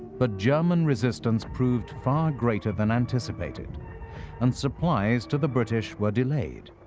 but german resistance proved far greater than anticipated and supplies to the british were delayed.